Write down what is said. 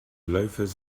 loafers